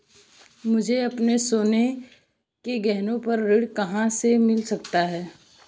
मुझे अपने सोने के गहनों पर ऋण कहां से मिल सकता है?